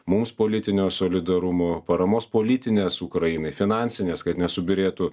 mums politinio solidarumo paramos politinės ukrainai finansinės kad nesubyrėtų